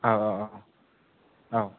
औ औ औ औ